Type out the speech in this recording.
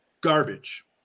garbage